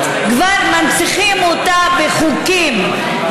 כבר מנציחים אותה בחוקים.